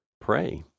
pray